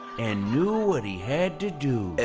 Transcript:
and knew what he had to do.